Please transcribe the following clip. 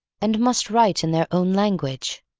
and must write in their own language.